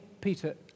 Peter